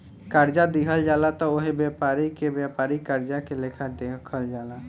कर्जा दिहल जाला त ओह व्यापारी के व्यापारिक कर्जा के लेखा देखल जाला